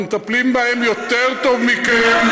אנחנו מטפלים בהם יותר טוב מכם.